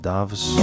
Doves